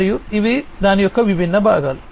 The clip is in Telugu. మరియు ఇవి దాని యొక్క విభిన్న భాగాలు